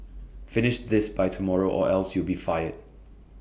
finish this by tomorrow or else you'll be fired